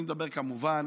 אני מדבר כמובן